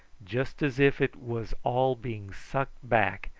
just as if it was all being sucked back,